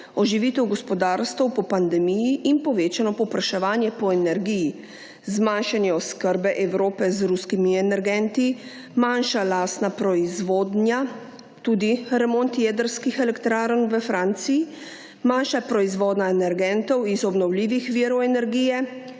oživitev gospodarstev po pandemiji in povečano povpraševanje po energiji, zmanjšanje oskrbe Evrope z ruskimi energenti, manjša lastna proizvodnja, tudi remont jedrskih elektrarn v Franciji, manjša proizvodnja energentov iz obnovljivih virov energije